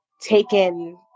taken